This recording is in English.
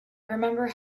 remember